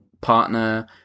partner